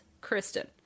Kristen